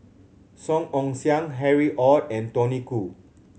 Song Ong Siang Harry Ord and Tony Khoo